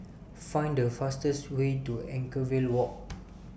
Find The fastest Way to Anchorvale Walk